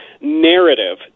narrative